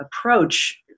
approach